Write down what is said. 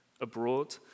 abroad